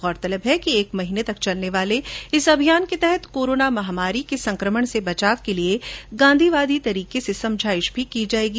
गौरतलब है कि एक महीने तक चलने वाले इस अभियान के तहत कोरोना महामारी के संक्रमण से बचाव के लिए गांधीवादी तरीके से समझाइश भी की जायेगी